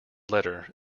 letter